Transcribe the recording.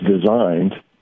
designed